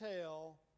tell